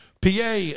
PA